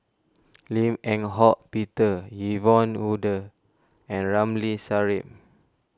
Lim Eng Hock Peter Yvonne Ng Uhde and Ramli Sarip